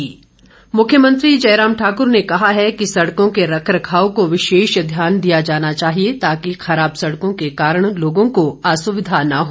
मुख्यमंत्री मुख्यमंत्री जयराम ठाकुर ने कहा है कि सड़कों के रखरखाव को विशेष ध्यान दिया जाना चाहिए ताकि खराब सड़कों के कारण लोगों को असुविधा न हो